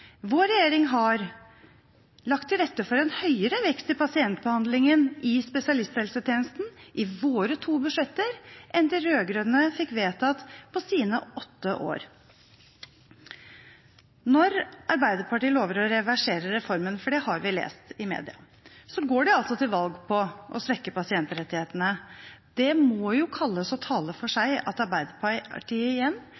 Vår regjering har lagt til rette for en større vekst i pasientbehandlingen i spesialisthelsetjenesten i sine to budsjetter enn de rød-grønne fikk vedtatt på sine åtte år. Når Arbeiderpartiet lover å reversere reformen, for det har vi lest i media, går de altså til valg på å svekke pasientrettighetene. Det må jo kalles å tale for seg at Arbeiderpartiet igjen